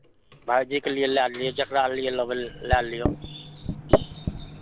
भाइजीके लिए लए लियौ जकरा लिए लेबै लए लियौ